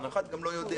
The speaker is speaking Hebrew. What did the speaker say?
אף אחד גם לא יודע,